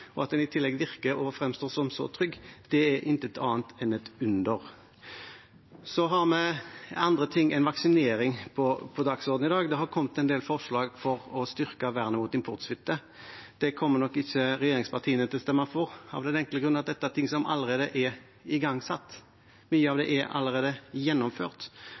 At den i tillegg virker og fremstår som så trygg, er intet annet enn et under. Så har vi andre ting enn vaksinering på dagsordenen i dag. Det har kommet en del forslag om å styrke vernet mot importsmitte. Det kommer nok ikke regjeringspartiene til å stemme for, av den enkle grunn at dette er ting som allerede er igangsatt. Mye av det er allerede gjennomført.